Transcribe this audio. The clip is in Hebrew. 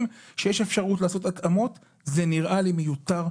שיש אפשרות לעשות התאמות זה נראה לי מיותר,